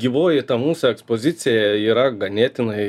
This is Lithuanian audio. gyvoji ta mūsų ekspozicija yra ganėtinai